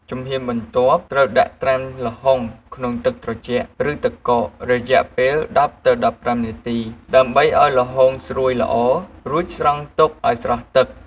ជំហានបន្ទាប់ត្រូវដាក់ត្រាំល្ហុងក្នុងទឹកត្រជាក់ ឬទឹកកករយៈពេល ១០-១៥ នាទី ដើម្បីឲ្យល្ហុងស្រួយល្អ រួចស្រង់ទុកឲ្យស្រស់ទឹក។